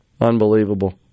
Unbelievable